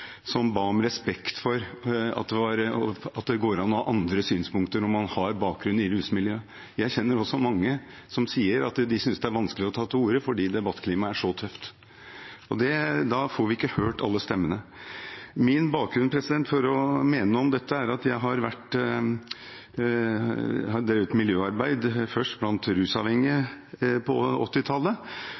som ba om respekt for at det går an å ha andre synspunkter når man har bakgrunn i rusmiljøet. Jeg kjenner også mange som sier at de synes det er vanskelig å ta ordet fordi debattklimaet er så tøft. Da får vi ikke hørt alle stemmene. Min bakgrunn for å mene noe om dette er at jeg har drevet med miljøarbeid, først blant rusavhengige på